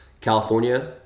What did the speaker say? California